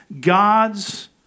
God's